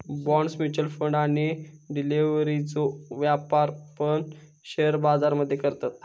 bonds, mutual fund आणि डेरिव्हेटिव्ह्जचो व्यापार पण शेअर बाजार मध्ये करतत